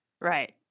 Right